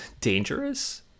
dangerous